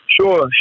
Sure